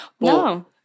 no